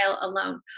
alone